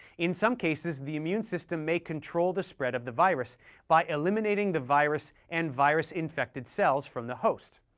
in some cases, the immune system may control the spread of the virus by eliminating the virus and virus-infected cells from the host.